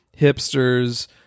hipsters